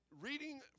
Reading